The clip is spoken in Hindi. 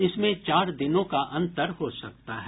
इसमें चार दिनों का अंतर हो सकता है